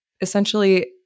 essentially